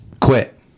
quit